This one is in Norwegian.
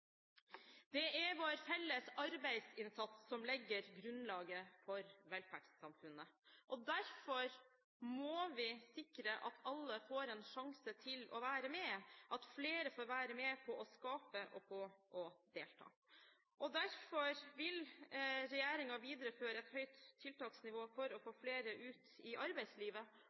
Det er vår felles arbeidsinnsats som legger grunnlaget for velferdssamfunnet. Derfor må vi sikre at alle får en sjanse til å være med – at flere får være med på å skape og på å delta. Derfor vil regjeringen videreføre et høyt tiltaksnivå for å få flere ut i arbeidslivet.